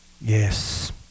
Yes